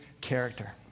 character